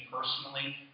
personally